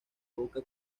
boca